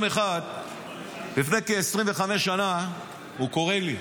יום אחד לפני כ-25 שנה הוא קורא לי,